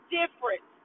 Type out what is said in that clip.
different